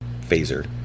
Phaser